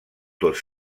dos